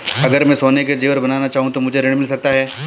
अगर मैं सोने के ज़ेवर बनाना चाहूं तो मुझे ऋण मिल सकता है?